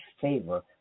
favor